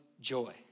joy